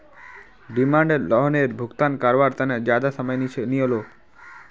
demand लोअनेर भुगतान कारवार तने ज्यादा समय नि इलोह